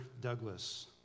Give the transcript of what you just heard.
Douglas